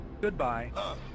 Goodbye